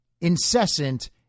incessant